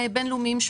אין בעיה, אני אתך.